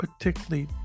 particularly